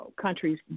countries